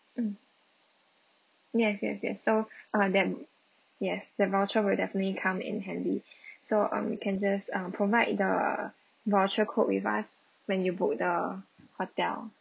mm yes yes yes so uh then yes the voucher will definitely come in handy so um you can just um provide the voucher code with us when you book the hotel